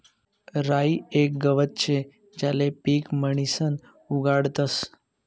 राई येक गवत शे ज्याले पीक म्हणीसन उगाडतस